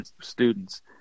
students